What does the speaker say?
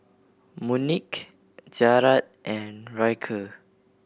Monique Jarad and Ryker